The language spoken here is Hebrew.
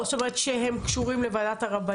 הם קשורים לוועדת הרבנים?